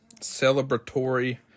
celebratory